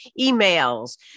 emails